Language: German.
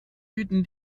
bieten